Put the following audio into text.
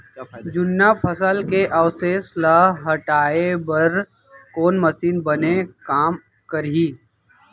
जुन्ना फसल के अवशेष ला हटाए बर कोन मशीन बने काम करही?